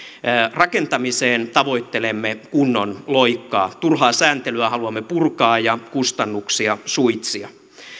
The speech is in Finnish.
rakentamiseen tavoittelemme kunnon loikkaa turhaa sääntelyä haluamme purkaa ja kustannuksia suitsia